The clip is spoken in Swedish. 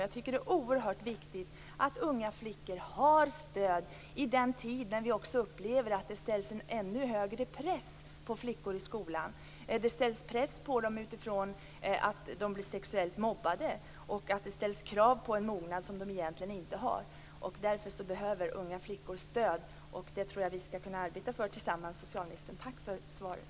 Jag tycker att det är oerhört viktigt att unga flickor får stöd i en tid då vi också upplever att flickor i skolan utsätts för en större press. De utsätts för en press när de blir sexuellt mobbade. Det ställs krav på en mognad som de egentligen inte har. Därför behöver unga flickor stöd. Det tror jag att vi skall kunna arbeta för tillsammans, socialministern. Tack för svaret.